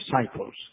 disciples